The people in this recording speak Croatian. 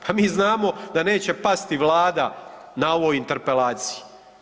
Pa mi znamo da neće pasti Vlada na ovoj interpelaciji.